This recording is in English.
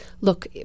look